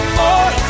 more